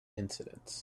incidents